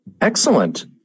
Excellent